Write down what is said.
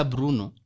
Bruno